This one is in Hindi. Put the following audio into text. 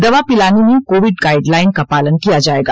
दवा पिलाने में कोविड गाइडलाइन का पालन किया जाएगा